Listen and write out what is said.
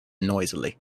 noisily